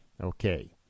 okay